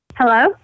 Hello